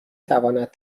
تواند